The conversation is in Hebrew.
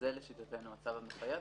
זה הצו המחייב.